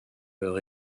leur